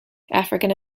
african